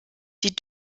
die